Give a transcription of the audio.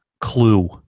Clue